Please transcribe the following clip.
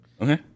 Okay